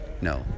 No